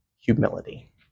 humility